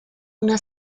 una